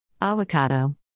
avocado